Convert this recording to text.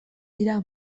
dira